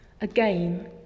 again